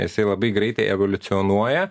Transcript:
jisa labai greitai evoliucionuoja